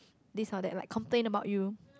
this or that like complain about you